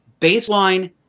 baseline